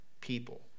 people